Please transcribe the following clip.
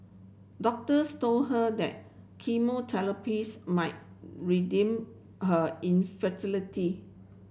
doctors told her that chemotherapy might redeem her infertility